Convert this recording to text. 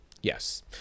yes